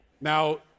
Now